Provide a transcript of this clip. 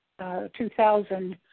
2000